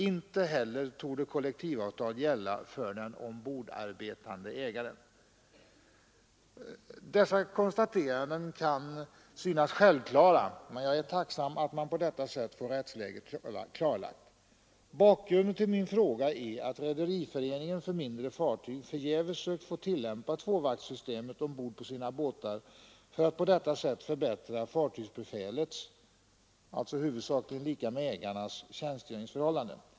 Inte heller torde kollektivavtal gälla för den ombordarbetande ägaren.” Dessa konstateranden kan synas självklara, men jag är tacksam för att man på detta sätt får rättsläget klarlagt. Bakgrunden till min fråga är att Rederiföreningen för mindre fartyg förgäves sökt få tillämpa tvåvaktssystemet ombord på sina båtar för att på detta sätt förbättra fartygsbefälets — alltså huvudsakligen lika med ägarnas — tjänstgöringsförhållanden.